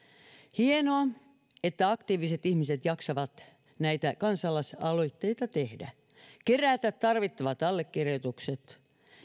hienoa että aktiiviset ihmiset jaksavat näitä kansalaisaloitteita tehdä kerätä tarvittavat allekirjoitukset